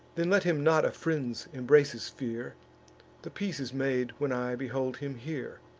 then let him not a friend's embraces fear the peace is made when i behold him here.